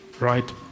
Right